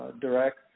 direct